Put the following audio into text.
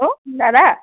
hello দাদা